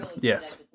Yes